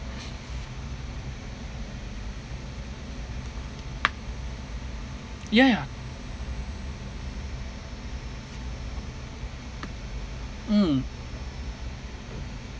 ya ya mm